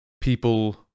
people